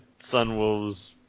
Sunwolves